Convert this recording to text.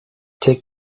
take